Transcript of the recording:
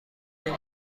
این